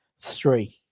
three